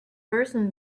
person